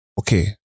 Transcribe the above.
okay